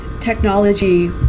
technology